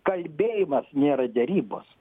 kalbėjimas nėra derybos